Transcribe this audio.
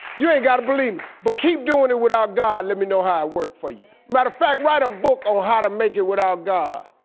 you ain't gotta believe me, but keep doing it without god, let me know how it work for you. matter of fact, write a book on how to make it without god.